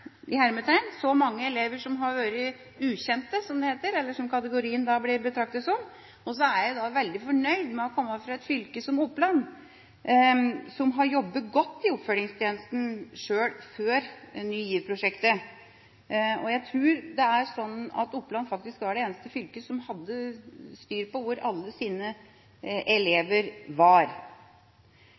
så mange elever som har vært ukjente, som det heter, og som kategorien blir betraktet som. Jeg er veldig fornøyd med å komme fra et fylke som Oppland, som har jobbet godt i oppfølgingstjenesten, sjøl før Ny GIV-prosjektet. Jeg tror faktisk at Oppland var det eneste fylket som hadde styr på hvor alle dets elever var.